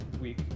week